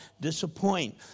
disappoint